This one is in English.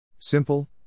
Simple